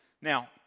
Now